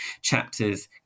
chapters